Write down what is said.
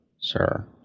Sir